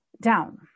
down